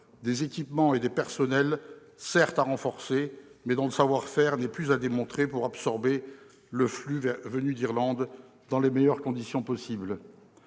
les équipements et les personnels doivent certes être renforcés, mais dont le savoir-faire n'est plus à démontrer pour absorber les flux venus d'Irlande dans les meilleures conditions possible.